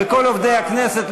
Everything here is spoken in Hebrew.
וכל עובדי הכנסת,